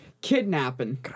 Kidnapping